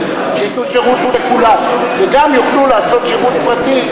ושייתנו שירות לכולם וגם יוכלו לעשות שירות פרטי,